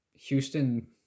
Houston